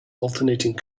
alternating